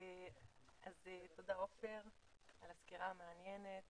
תודה עופר על הסקירה המעניינת,